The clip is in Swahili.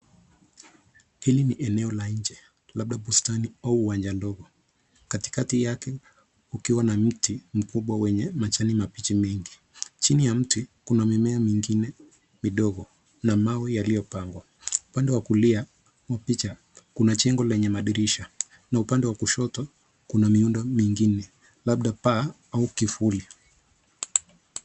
Hili ni eneo la nje, labda bustani au uwanja ndogo, katikati yake ukiwa na mti mkubwa wenye majani mabichi mengi. Chini ya mti kuna mimea mingine midogo na mawe yaliyopangwa. Upande wa kulia wa picha kuna jengo lenye madirisha na upande wa kushoto kuna miundo mingine, labda paa au kivuli.